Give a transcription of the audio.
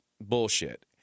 bullshit